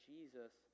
Jesus